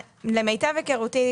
למיטב היכרותי,